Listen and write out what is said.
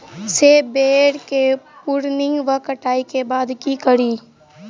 सेब बेर केँ प्रूनिंग वा कटाई केँ बाद की करि?